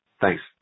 Thanks